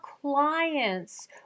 clients